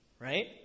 Right